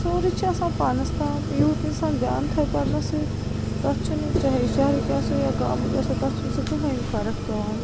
سورُے چھُ آسان پانس تام یوٗت اِنسان دیان تھایہِ پرنس سۭتۍ تَتھ چھُنہٕ چاہے شہرٕکۍ آسو یا گامٕکۍ آسو تَتھ چھُنہٕ سُہ کٕہٕنۍ فرق پیٚوان